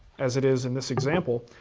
as it is in this example,